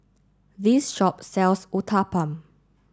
this shop sells Uthapam